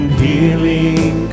healing